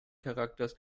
charakters